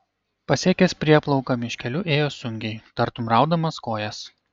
pasiekęs prieplauką miškeliu ėjo sunkiai tartum raudamas kojas